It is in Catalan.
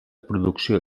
producció